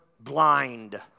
blind